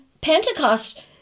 Pentecost